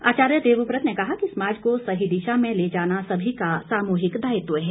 आचार्य देवव्रत ने कहा कि समाज को सही दिशा में ले जाना सभी का सामूहिक दायित्व है